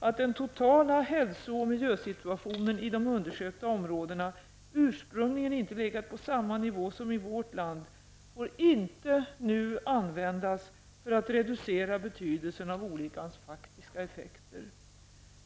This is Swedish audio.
Att den totala hälso och miljösituationen i de undersökta områdena ursprungligen inte legat på samma nivå som i vårt land får inte nu användas för att reducera betydelsen av olyckans faktiska effekter.